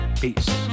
Peace